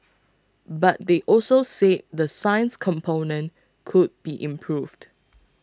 but they also said the science component could be improved